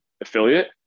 affiliate